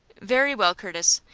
very well, curtis.